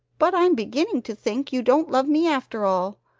but i'm beginning to think you don't love me after all.